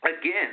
Again